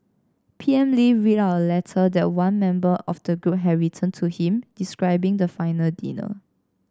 P M Lee read out a letter that one member of the group had written to him describing the final dinner